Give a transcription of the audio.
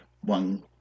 one